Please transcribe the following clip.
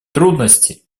трудности